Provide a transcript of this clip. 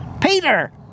Peter